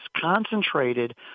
concentrated